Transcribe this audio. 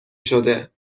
شده